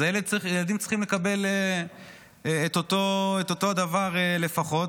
אז ילדים צריכים לקבל את אותו דבר לפחות.